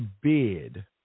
bid